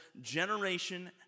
generation